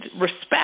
respect